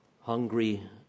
hungry